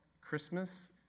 Christmas